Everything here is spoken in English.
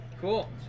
Cool